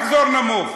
מחזור נמוך.